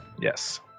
Yes